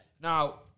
Now